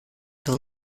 will